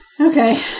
Okay